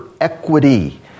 equity